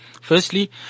Firstly